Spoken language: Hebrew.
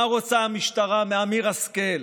מה רוצה המשטרה מאמיר השכל,